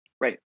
right